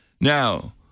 Now